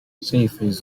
increases